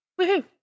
Woohoo